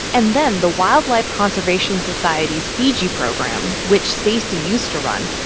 and then the wildlife conservation society's fiji program, which stacy used to run,